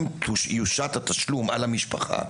אם יושת התשלום על המשפחה,